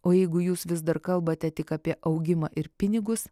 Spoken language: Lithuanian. o jeigu jūs vis dar kalbate tik apie augimą ir pinigus